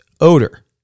odor